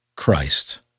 Christ